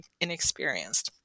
inexperienced